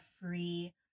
free